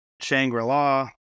Shangri-La